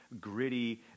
gritty